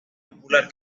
popular